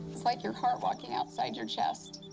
it's like your heart walking outside your chest.